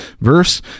verse